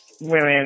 women